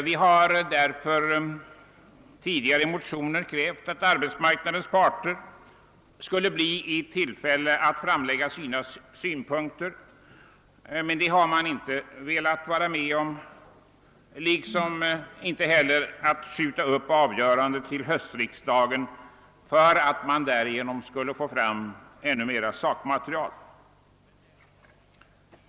Vi har därför tidigare i motioner krävt att arbetsmarknadens parter skulle bli i tillfälle att framlägga sina synpunkter, men det har man inte velat vara med om, liksom inte heller om att skjuta upp avgörandet till höstriksdagen för att vi därigenom skulle kunna få fram ännu mer sakmaterial.